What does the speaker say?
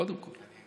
קודם כול.